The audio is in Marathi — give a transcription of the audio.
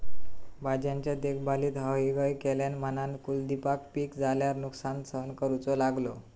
भाज्यांच्या देखभालीत हयगय केल्यान म्हणान कुलदीपका पीक झाल्यार नुकसान सहन करूचो लागलो